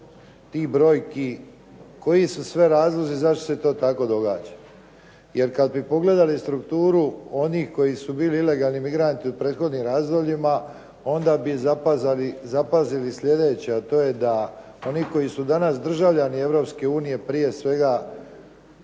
tih brojki koji su sve razlozi zašto se to tako događa. Jer kad bi pogledali strukturu onih koji su bili ilegalni migranti u prethodnim razdobljima onda bi zapazili sljedeće, a to je da oni koji su danas državljani Europske unije, prije svega